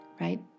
right